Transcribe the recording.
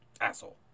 Asshole